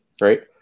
Right